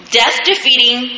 death-defeating